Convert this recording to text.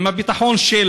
אם את הביטחון של